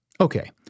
Okay